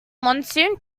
monsoon